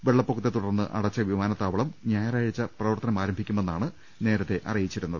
വെള്ളപ്പൊക്കത്തെത്തുടർന്ന് അടച്ച വിമാനത്താവളം ഞായറാഴ്ച പ്രവർത്തനമാരംഭിക്കുമെന്നാണ് നേരത്തെ അറിയിച്ചിരുന്നത്